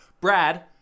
Brad